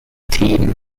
team